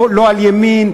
לא על ימין,